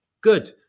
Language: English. Good